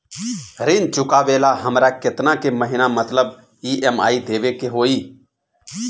ऋण चुकावेला हमरा केतना के महीना मतलब ई.एम.आई देवे के होई?